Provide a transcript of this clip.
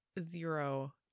Zero